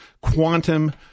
quantum